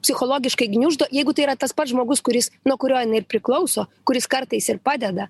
psichologiškai gniuždo jeigu tai yra tas pats žmogus kuris nuo kurio jinai ir priklauso kuris kartais ir padeda